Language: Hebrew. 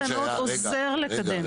הסעיף הזה מאוד עוזר לקדם.